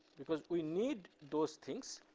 because we need those things